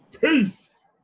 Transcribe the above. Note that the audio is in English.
peace